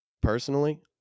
personally